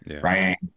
right